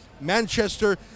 Manchester